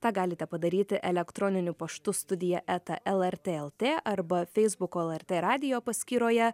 tą galite padaryti elektroniniu paštu studija eta lrt lt arba feisbuko lrt radijo paskyroje